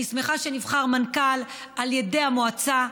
אני שמחה שנבחר מנכ"ל על ידי המועצה.